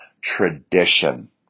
Tradition